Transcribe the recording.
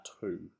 two